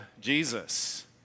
Jesus